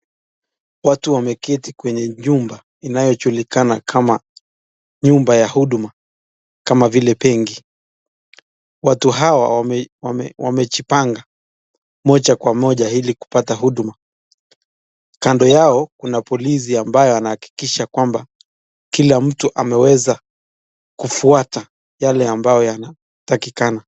Watu wamekiti kwenye nyumba inayojulikana kama nyumba ya huduma, kama vile benki. Watu hawa wamejipanga, moja kwa moja ilikupata huduma. Kando yao, kuna polisi ambayo anahakikisha kwamba, kila mtu ameweza kufwata yale ambayo yanatakikana.